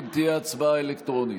אם תהיה הצבעה אלקטרונית.